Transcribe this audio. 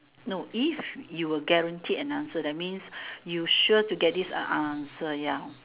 no if you're guaranteed an answer that means you sure to get it the answer ya